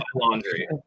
laundry